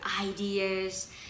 ideas